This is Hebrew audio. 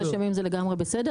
חודש ימים זה לגמרי בסדר,